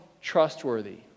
trustworthy